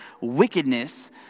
wickedness